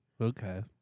Okay